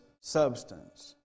substance